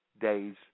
Days